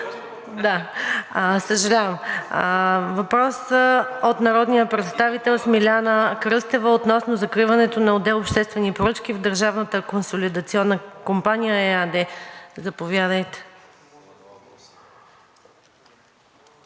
Нинова. Въпрос от народния представител Смиляна Кръстева относно закриването на отдел „Обществени поръчки“ в „Държавната консолидационна компания“ ЕАД. Заповядайте